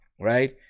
right